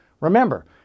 Remember